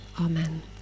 Amen